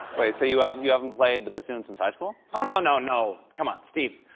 wait, so you haven't you haven't played the bassoon hins high school. oh, no, no, no, come on, steve,